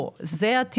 לא, זה התיקון.